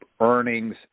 earnings